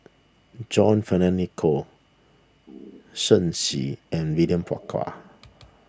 John Fearns Nicoll Shen Xi and William Farquhar